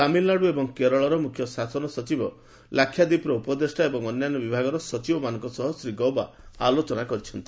ତାମିଲନାଡୁ ଏବଂ କେରଳର ମୁଖ୍ୟ ଶାସନ ସଚିବ ଲାକ୍ଷାଦୀପର ଉପଦେଷ୍ଟା ଏବଂ ଅନ୍ୟାନ୍ୟ ବିଭାଗର ସଚିବମାନଙ୍କ ସହ ଶ୍ରୀ ଗୌବା ଆଲୋଚନା କରିଛନ୍ତି